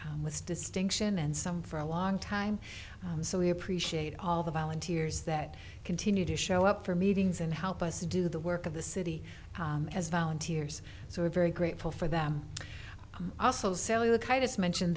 with distinction and some for a long time so we appreciate all the volunteers that continue to show up for meetings and help us to do the work of the city as volunteers so we're very grateful for them also selling the kindest mentioned